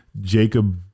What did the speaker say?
Jacob